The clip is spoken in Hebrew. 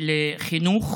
לחינוך